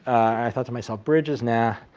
and thought to myself bridges? nah'. yeah